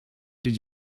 did